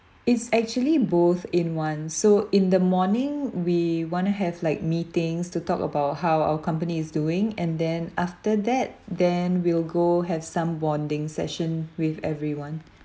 it's actually both in one so in the morning we wanna have like meetings to talk about how our company is doing and then after that then we'll go have some bonding session with everyone